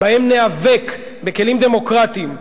בהם ניאבק בכלים דמוקרטיים,